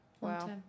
wow